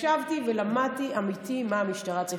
ישבתי ולמדתי, אמיתי, מה המשטרה צריכה.